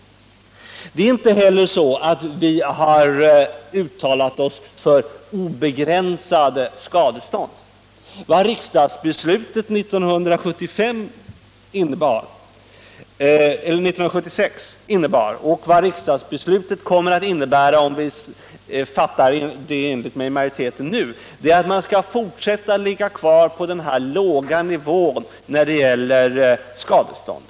Vi har inte heller uttalat oss för obegränsade skadestånd. Vad riksdagsbeslutet 1976 innebar och vad riksdagsbeslutet kommer att innebära nu, om vi fattar beslut i enlighet med majoritetens förslag, är att man skall fortsätta att ligga kvar på en låg nivå när det gäller skadestånd.